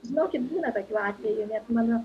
žinokit būna tokių atvejų net mano